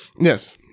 yes